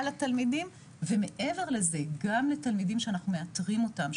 התלמידים ומעבר לזה גם לתלמידים שאנחנו מאתרים אותם,